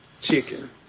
Chicken